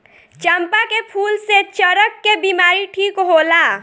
चंपा के फूल से चरक के बिमारी ठीक होला